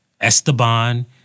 Esteban